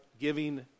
giving